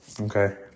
Okay